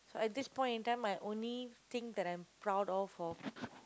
so at this point in time my only thing that I'm proud of for